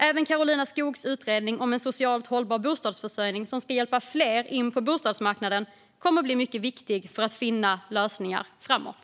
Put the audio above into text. Även Karolina Skogs utredning om en socialt hållbar bostadsförsörjning som ska hjälpa fler in på bostadsmarknaden kommer att bli mycket viktig för att finna lösningar framåt.